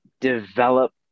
develop